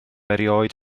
erioed